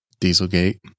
Dieselgate